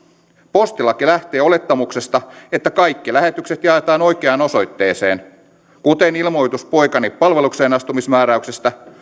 postilaki lähtee olettamuksesta että kaikki lähetykset jaetaan oikeaan osoitteeseen kuten ilmoitus poikani palvelukseenastumismääräyksestä